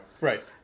Right